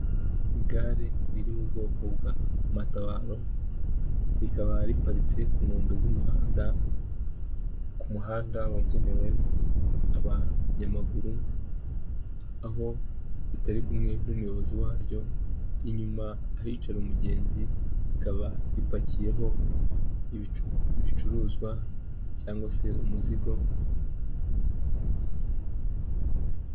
Igare riri mu bwoko bwa matabaro, rikaba riparitse ku nkombe z'umuhanda, ku muhanda wagenewe abanyamaguru, aho ritari kumwe n'umuyobozi waryo, inyuma ahicara umugenzi rikaba ripakiyeho ibicuruzwa, cyangwa se umuzigo.